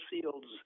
fields